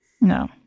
no